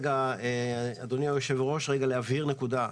אדוני היושב-ראש, אני רוצה להבהיר נקודה.